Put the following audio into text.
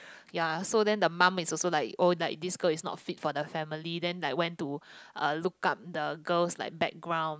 ya so then the mum is also like oh like this girl is not fit for the family then like went to uh look up the girl's like background